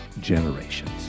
generations